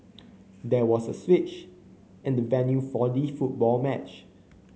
there was a switch in the venue for the football match